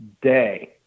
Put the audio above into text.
day